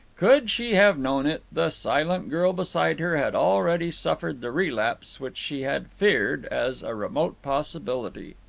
could she have known it, the silent girl beside her had already suffered the relapse which she had feared as a remote possibility.